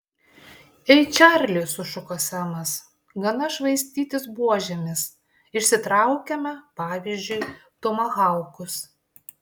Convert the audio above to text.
ei čarli sušuko semas gana švaistytis buožėmis išsitraukiame pavyzdžiui tomahaukus